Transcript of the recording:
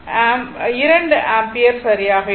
எனவே i∞ 2 ஆம்பியர் சரியாக இருக்கும்